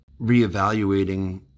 reevaluating